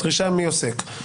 דרישה מעוסק?